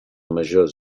majors